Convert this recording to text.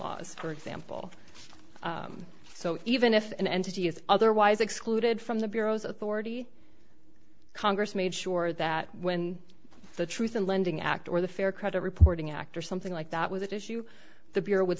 laws for example so even if an entity is otherwise excluded from the bureau's authority congress made sure that when the truth in lending act or the fair credit reporting act or something like that was that issue the bureau would